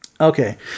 Okay